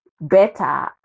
better